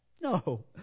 No